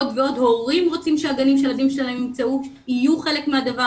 עוד ועוד הורים רוצים שהגנים של הילדים שלהם יהיו חלק מהדבר